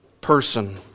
person